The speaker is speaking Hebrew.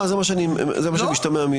לכאורה, זה מה שמשתמע מדבריך.